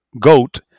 goat